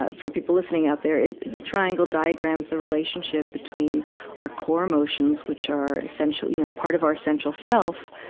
ah for people listening out there, it, the triangle diagrams the relationship between our core emotions which are essential, you know, part of our essential self.